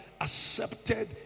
accepted